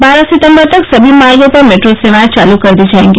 बारह सितम्बर तक सभी मार्गो पर मेट्रो सेवाएं चालू कर दी जाएगी